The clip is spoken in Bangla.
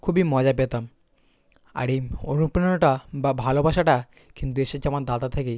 খুবই মজা পেতাম আর এই অনুপ্রেরণাটা বা ভালোবাসাটা কিন্তু এসেছে আমার দাদা থেকেই